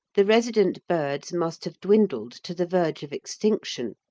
the resident birds must have dwindled to the verge of extinction,